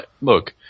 Look